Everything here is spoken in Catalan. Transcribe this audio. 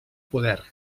poder